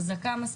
חזקה מספיק,